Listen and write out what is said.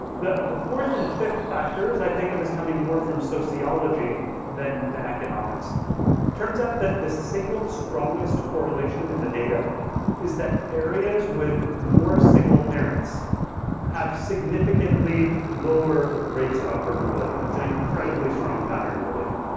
the the fourth and fifth factors i think of is coming more from sociology than than economics. it turns out that the single strongest correlation in the data is that areas with more single parents have significantly lower rates of upward mobility. that's an incredible strong pattern in the data.